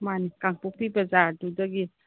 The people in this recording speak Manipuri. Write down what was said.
ꯃꯥꯟꯅꯤ ꯀꯥꯡꯄꯣꯛꯄꯤ ꯕꯖꯥꯔꯗꯨꯗꯒꯤ